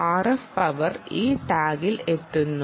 RF power ഈ ടാഗിൽ എത്തുന്നു